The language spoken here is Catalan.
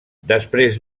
després